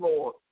Lord